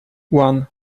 one